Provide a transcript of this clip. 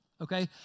okay